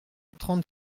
trente